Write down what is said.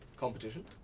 competition?